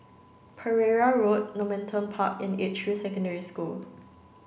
Pereira Road Normanton Park and Edgefield Secondary School